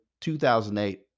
2008